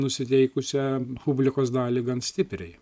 nusiteikusią publikos dalį gan stipriai